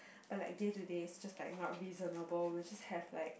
but like day to day is just like not reasonable we just have like